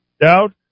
Doubt